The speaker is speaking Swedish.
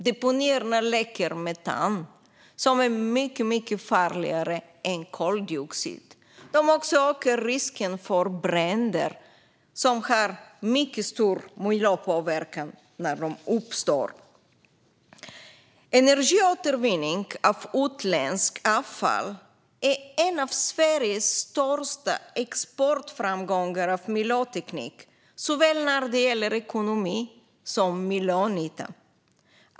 Deponierna läcker metan, som är mycket farligare än koldioxid. De ökar även risken för bränder, som har mycket stor miljöpåverkan. Energiåtervinning av utländskt avfall har lett till en av Sveriges största exportframgångar av miljöteknik, vad gäller såväl ekonomi som miljönytta.